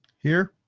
here.